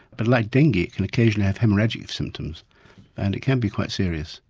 but like dengue it can occasionally have haemorrhagic symptoms and it can be quite serious.